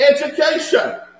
education